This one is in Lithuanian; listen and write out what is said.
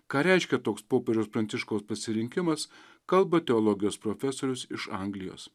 ką reiškia toks popiežiaus pranciškaus pasirinkimas kalba teologijos profesorius iš anglijos